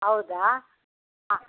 ಹೌದಾ ಹಾಂ